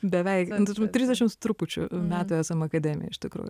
beveik trisdešim su trupučiu metų esam akademija iš tikrųjų